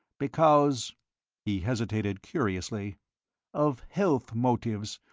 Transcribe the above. because he hesitated curiously of health motives,